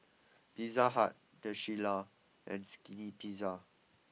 Pizza Hut the Shilla and Skinny Pizza